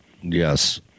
Yes